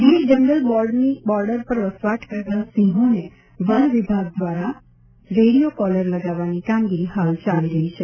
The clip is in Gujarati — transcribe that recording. ગીર જંગલની બોર્ડર પર વસવાટ કરતાં સિંહોને વન વિભાગ દ્વારા રેડિયો કોલર લગાવવાની કામગીરી હાલ ચાલી રહી છે